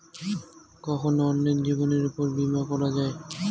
কখন অন্যের জীবনের উপর বীমা করা যায়?